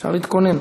אפשר להתכונן.